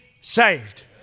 saved